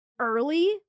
early